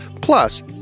Plus